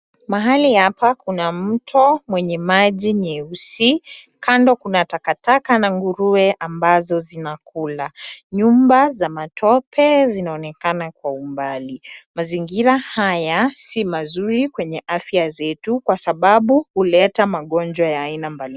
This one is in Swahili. Mahali hapa kuna mto mwenye maji nyeusi. Kando kuna takataka na nguruwe ambazo zinakula. Nyumba za matope zinaonekana kwa umbali. Mazingira haya si mazuri kwenye afya zetu kwa sababu uleta magonjwa ya aina mbalimbali.